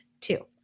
Two